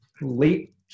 late